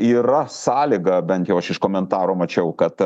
yra sąlyga bent jau aš iš komentarų mačiau kad